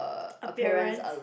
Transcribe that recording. appearance